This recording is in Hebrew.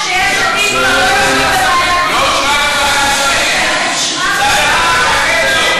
מזל שיש עתיד לא יושבים בוועדת השרים.